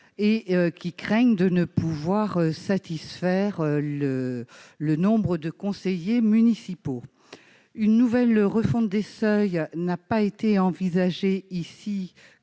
et qui craignent de ne pouvoir satisfaire le le nombre de conseillers municipaux, une nouvelle refonte des seuils n'a pas été envisagée ici